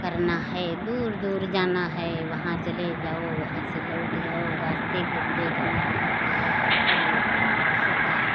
करना है दूर दूर जाना है वहाँ चले जाओ वहाँ से लौट आप रास्ते भर देखना है और सबका